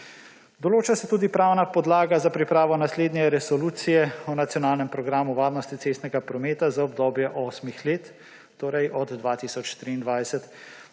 Določa se tudi pravna podlaga za pripravo naslednje resolucije o nacionalnem programu varnosti cestnega prometa za obdobje osmih let, torej od 2023